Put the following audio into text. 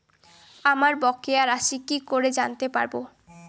আমার বকেয়া রাশি কি করে জানতে পারবো?